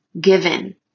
given